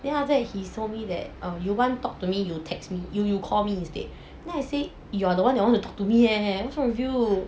then after that he told me that you want talk to me you text me you you call me instead then I say you are the one you want to talk to me eh what's wrong with you